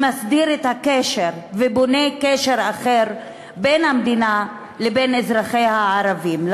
שמסדיר את הקשר ובונה קשר אחר בין המדינה לבין אזרחיה הערבים.